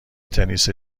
تنیس